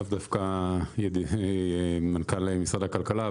לאו דווקא מנכ"ל משרד הכלכלה,